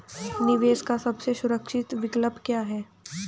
निवेश का सबसे सुरक्षित विकल्प क्या है?